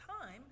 time